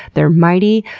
they're mighty,